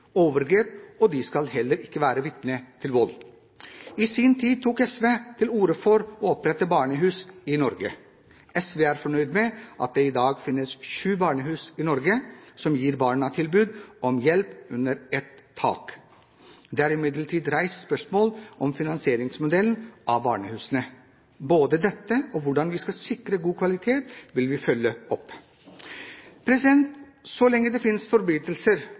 overgrep, og de skal heller ikke være vitne til vold. I sin tid tok SV til orde for å opprette barnehus i Norge. SV er fornøyd med at det i dag er syv barnehus i Norge som gir barna tilbud om hjelp under ett tak. Det er imidlertid reist spørsmål om finansieringsmodellen av barnehusene. Både dette og hvordan vi skal sikre god kvalitet, vil vi følge opp. Så lenge det finnes forbrytelser